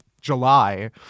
July